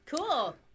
Cool